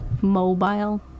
mobile